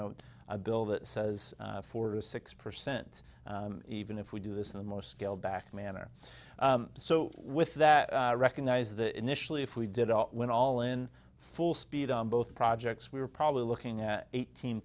know a bill that says four to six percent even if we do this in the most scaled back manner so with that recognize that initially if we did all went all in full speed on both projects we were probably looking at eighteen